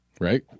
Right